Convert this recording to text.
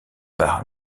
par